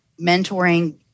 mentoring